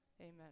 Amen